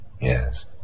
Yes